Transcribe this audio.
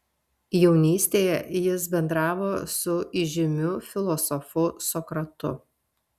jaunystėje jis bendravo su įžymiu filosofu sokratu